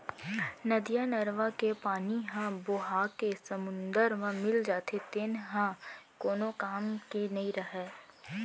नदियाँ, नरूवा के पानी ह बोहाके समुद्दर म मिल जाथे तेन ह कोनो काम के नइ रहय